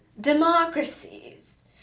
democracies